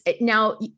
now